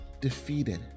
defeated